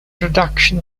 production